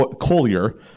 Collier